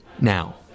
Now